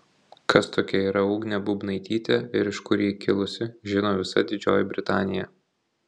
kas tokia yra ugnė bubnaitytė ir iš kur ji kilusi žino visa didžioji britanija